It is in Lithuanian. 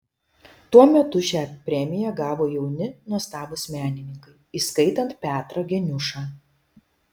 tuo metu šią premiją gavo jauni nuostabūs menininkai įskaitant petrą geniušą